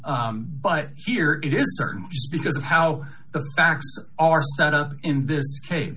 off but here it is certainly because of how the facts are set up in this case